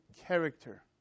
character